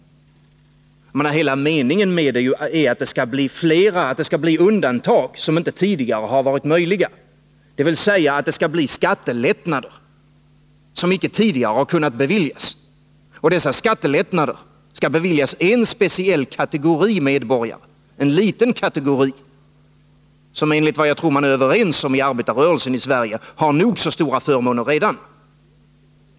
Hela meningen är ju att det skall bli undantag som inte tidigare har varit möjliga, dvs. att det skall bli skattelättnader som inte tidigare kunnat beviljas. Dessa skattelättnader skall beviljas en liten speciell kategori medborgare. Jag tror att vi inom arbetarrörelsen i Sverige har varit överens om att denna kategori har nog så stora förmåner redan.